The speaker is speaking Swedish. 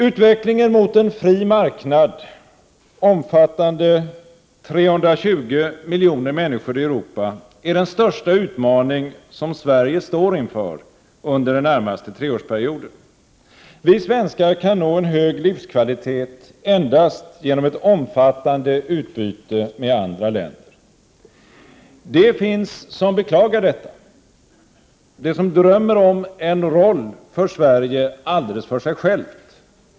Utvecklingen mot en fri marknad omfattande 320 miljoner människor i Europa är den största utmaning som Sverige står inför under den närmaste treårsperioden. Vi svenskar kan nå en hög livskvalitet endast genom ett omfattande utbyte med andra länder. De finns som beklagar detta, de som drömmer om en roll för Sverige alldeles för sig självt.